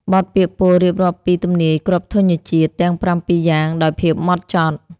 បទពាក្យពោលរៀបរាប់ពីទំនាយគ្រាប់ធញ្ញជាតិទាំងប្រាំពីរយ៉ាងដោយភាពហ្មត់ចត់។